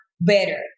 better